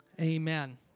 Amen